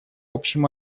общем